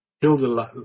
Hilda